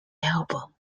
album